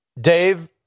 Dave